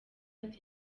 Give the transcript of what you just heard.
ati